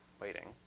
waiting